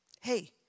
hey